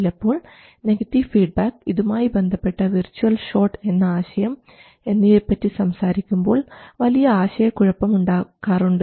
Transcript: ചിലപ്പോൾ negative feedback ഇതുമായി ബന്ധപ്പെട്ട വിർച്ച്വൽ ഷോട്ട് എന്ന ആശയം എന്നിവയെപ്പറ്റി സംസാരിക്കുമ്പോൾ വലിയ ആശയക്കുഴപ്പം ഉണ്ടാകാറുണ്ട്